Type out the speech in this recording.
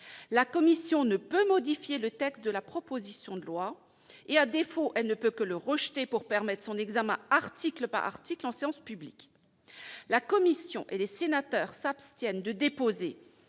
La commission ne peut modifier le texte de la proposition de loi (et, à défaut, elle ne peut que le rejeter pour permettre son examen article par article en séance publique). « La commission et les sénateurs s'abstiennent de déposer